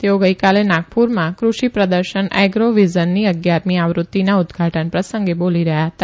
તેઓ ગઇકાલે નાગપુરમાં કૃષિ પ્રદર્શન એગ્રો વિઝનની અગિયારમી આવૃત્તિના ઉદઘાટન પ્રસંગે બોલી રહયાં હતા